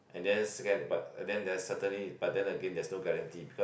and then secondly but and then there certainly but then again there's no guarantee because